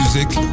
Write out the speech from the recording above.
Music